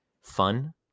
fun